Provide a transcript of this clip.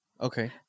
Okay